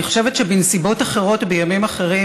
אני חושבת שבנסיבות אחרות ובימים אחרים